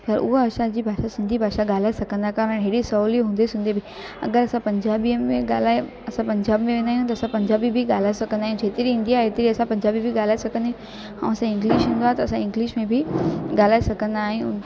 पर उहा असांजी सिंधी भाषा ॻाल्हाए सघंदा कोन्हनि एॾी सवली हूंदे सूंधे बि अगरि असां पंजाबीअ में ॻाल्हायूं असां पंजाब में वेंदा आहियूं त असां पंजाबी बि ॻाल्हाए सघंदा आहियूं जेतिरी ईंदी आहे एतिरी असां पंजाबी बि ॻाल्हाए सघंदा आहियूं ऐं असांजो इंग्लिश हूंदो आहे त असां इंग्लिश में बि ॻाल्हाए सघंदा आहियूं